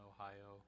Ohio